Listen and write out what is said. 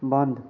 बंद